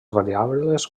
variables